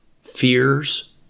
fears